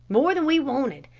more than we wanted.